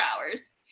hours